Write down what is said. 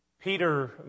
Peter